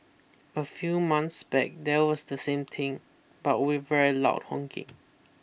a few months back there was the same thing but with very loud honking